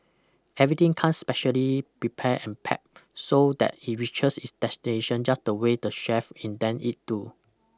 everything comes specially prepare and packed so that it reaches its destination just the way the chef intend it to